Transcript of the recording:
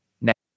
next